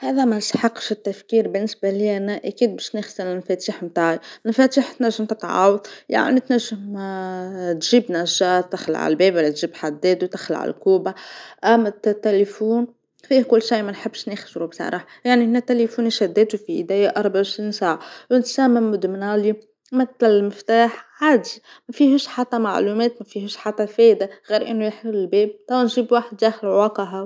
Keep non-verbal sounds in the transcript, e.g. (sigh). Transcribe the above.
أنا ما نسحقش التفكير بالنسبه ليا أنا أكيد باش نختار مفاتيح الدار، المفاتيح تنجم تتعاوض، يعني تنجم (hesitation) تجيب نجار تخلع الباب ولا تجيب حداد وتخلع الكوبه أما ت- تيليفون فيه كل شي مانحبش نخسرو بصراحة، يعني أنا تيليفوني شاداتو فيديا أربعه وعشرين ساعه وإنسانه مدمنه عليه، مثل المفتاح عادي ما فيهش حتى معلومات ما فيهش حتى فايده غير أنو يحل الباب، توا نجيب واحد يخلعو هاكا هاو.